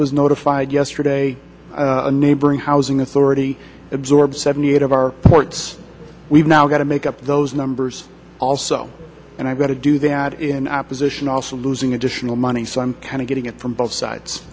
was notified yesterday a neighboring housing authority absorbs seventy eight of our ports we've now got to make up those numbers also and i've got to do that in opposition also losing additional money so i'm kind of getting it from both sides